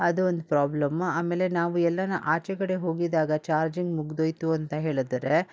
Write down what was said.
ಅದು ಒಂದು ಪ್ರಾಬ್ಲಮ್ಮು ಆಮೇಲೆ ನಾವು ಎಲ್ಲಾನ ಆಚೆಕಡೆ ಹೋಗಿದ್ದಾಗ ಚಾರ್ಜಿಂಗ್ ಮುಗಿದೋಯ್ತು ಅಂತ ಹೇಳಿದ್ರೆ